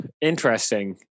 interesting